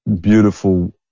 beautiful